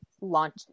launch